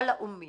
וואלה אומי